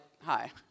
hi